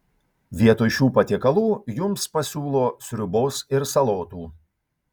vietoj šių patiekalų jums pasiūlo sriubos ir salotų